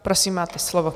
Prosím, máte slovo.